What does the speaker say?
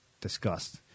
discussed